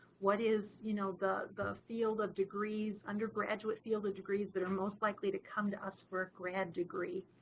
what is you know the the field of degrees undergraduate field of degrees that are most likely to come to us for grad degree?